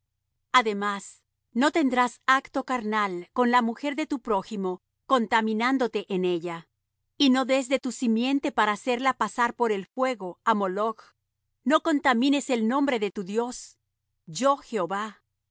además no tendrás acto carnal con la mujer de tu prójimo contaminándote en ella y no des de tu simiente para hacerla pasar por el fuego á moloch no contamines el nombre de tu dios yo jehová no